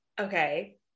Okay